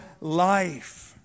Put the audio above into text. life